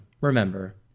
Remember